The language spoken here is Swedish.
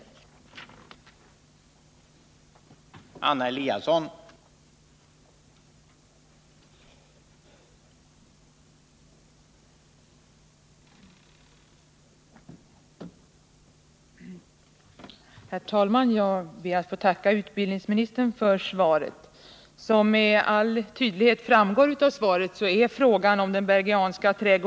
Torsdagen den